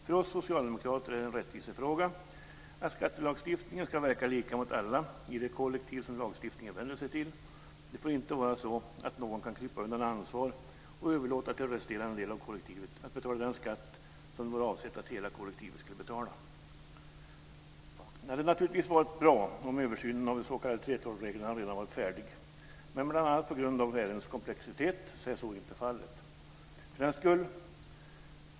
För oss socialdemokrater är det en rättvisefråga att skattelagstiftningen ska verka lika mot alla i det kollektiv som lagstiftningen vänder sig till. Det får inte vara så att några kan krypa undan ansvar och överlåta till resterande del av kollektivet att betala den skatt som det var avsett att hela kollektivet skulle betala. Det hade naturligtvis varit bra om översynen av de s.k. 3:12-reglerna redan varit färdig, men bl.a. på grund av ärendets komplexitet är så inte fallet.